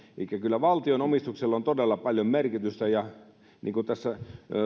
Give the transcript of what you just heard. elikkä kyllä valtion omistuksella on todella paljon merkitystä ja niin kuin tässä